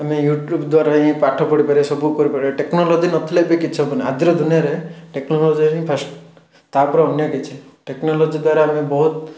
ଆମେ ୟୁଟ୍ୟୁବ୍ ଦ୍ୱାରା ହିଁ ପାଠ ପଢ଼ିପାରିବା ସବୁ କରିପାରିବା ଟେକ୍ନୋଲୋଜି ନଥିଲେ ବି କିଛି ହେବନି ଆଜିର ଦୁନିଆରେ ଟେକ୍ନୋଲୋଜି ହିଁ ଫାଷ୍ଟ ତା'ପରେ ଅନ୍ୟ କିଛି ଟେକ୍ନୋଲୋଜି ଦ୍ୱାରା ଆମେ ବହୁତ